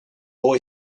boy